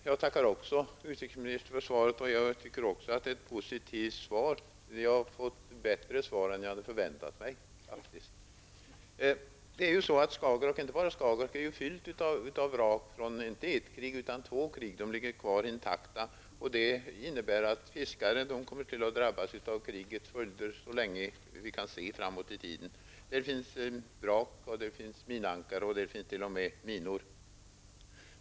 Herr talman! Jag tackar också utrikesministern för svaret. Jag tycker också att det är ett positivt svar. Vi har fått ett bättre svar än vad jag hade förväntat mig. Skagerak, och inte bara Skagerak, är fyllt av vrak från två krig. De ligger kvar intakta, och det innebär att fiskare kommer att drabbas av krigets följder så länge vi kan se framåt i tiden. Det finns vrak, minankare och t.o.m. minor.